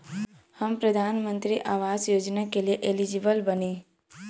हम प्रधानमंत्री आवास योजना के लिए एलिजिबल बनी?